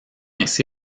ainsi